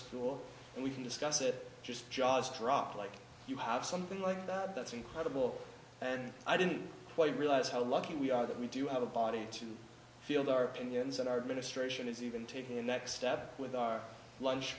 school and we can discuss it just jaws drop like you have something like that that's incredible and i didn't quite realize how lucky we are that we do have a body to field our opinions and our ministration is even taking a next step with our lunch